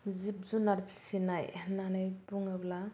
जिब जुनार फिसिनाय होननानै बुङोब्ला